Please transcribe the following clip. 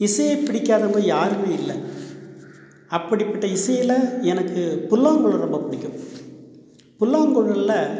இசையைப் பிடிக்காதவங்க யாருமே இல்லை அப்படிப்பட்ட இசையில் எனக்கு புல்லாங்குழல் ரொம்பப் பிடிக்கும் புல்லாங்குழலில்